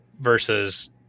versus